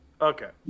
Okay